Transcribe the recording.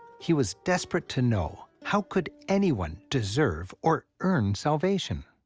he was desperate to know, how could anyone deserve or earn salvation?